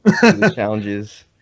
Challenges